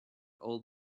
all